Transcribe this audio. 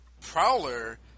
Prowler